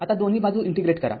आता दोन्ही बाजू इंटिग्रेट करा